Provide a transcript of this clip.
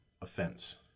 offense